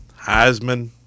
Heisman